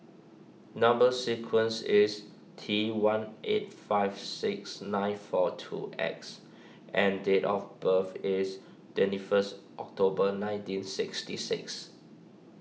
Number Sequence is T one eight five six nine four two X and date of birth is twenty first October nineteen sixty six